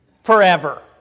forever